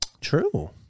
True